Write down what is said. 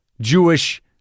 Jewish